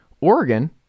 Oregon